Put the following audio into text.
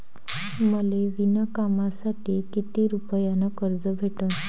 मले विणकामासाठी किती रुपयानं कर्ज भेटन?